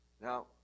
Now